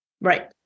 Right